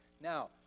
Now